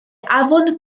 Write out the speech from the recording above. afon